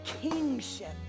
kingship